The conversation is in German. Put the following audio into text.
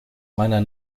meiner